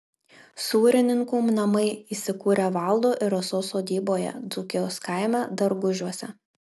sūrininkų namai įsikūrę valdo ir rasos sodyboje dzūkijos kaime dargužiuose